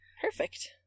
Perfect